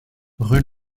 rue